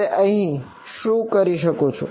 તેથી અહીં હું શું કરી શકું